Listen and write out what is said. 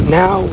now